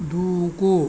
దూకు